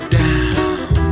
down